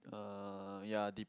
uh ya de~